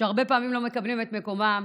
שהרבה פעמים לא מקבלים את מקומם,